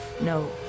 no